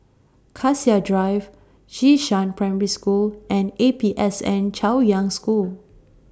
Cassia Drive Xishan Primary School and A P S N Chaoyang School